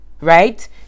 Right